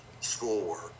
schoolwork